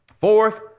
Fourth